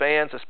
fans